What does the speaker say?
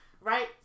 right